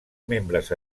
membres